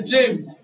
James